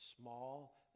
small